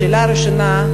השאלה הראשונה,